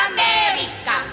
America